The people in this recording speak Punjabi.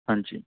ਹਾਂਜੀ